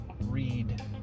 read